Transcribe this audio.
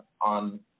on